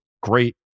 great